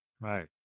Right